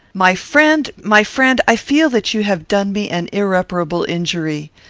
my friend! my friend! i feel that you have done me an irreparable injury.